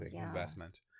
Investment